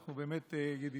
אנחנו באמת ידידים,